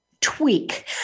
tweak